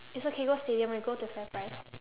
it's okay go stadium we go to the fairprice